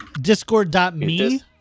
Discord.me